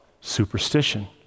superstition